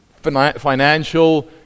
financial